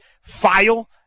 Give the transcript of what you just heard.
file